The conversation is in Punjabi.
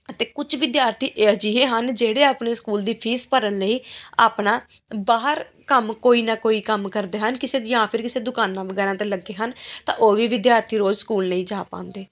ਅਤੇ ਕੁਝ ਵਿਦਿਆਰਥੀ ਅਜਿਹੇ ਹਨ ਜਿਹੜੇ ਆਪਣੇ ਸਕੂਲ ਦੀ ਫੀਸ ਭਰਨ ਲਈ ਆਪਣਾ ਬਾਹਰ ਕੰਮ ਕੋਈ ਨਾ ਕੋਈ ਕੰਮ ਕਰਦੇ ਹਨ ਕਿਸੇ ਦੀ ਜਾਂ ਫਿਰ ਕਿਸੇ ਦੁਕਾਨਾਂ ਵਗੈਰਾ 'ਤੇ ਲੱਗੇ ਹਨ ਤਾਂ ਉਹ ਵੀ ਵਿਦਿਆਰਥੀ ਰੋਜ਼ ਸਕੂਲ ਨਹੀਂ ਜਾ ਪਾਉਂਦੇ